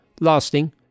lasting